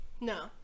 No